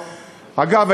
אגב,